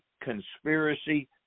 conspiracy